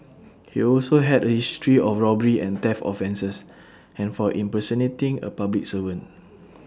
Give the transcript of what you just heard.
he also had A history of robbery and theft offences and for impersonating A public servant